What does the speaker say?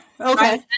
Okay